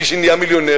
מי שהיה מיליונר,